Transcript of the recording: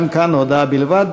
גם כאן הודעה בלבד.